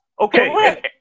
Okay